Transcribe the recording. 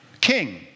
King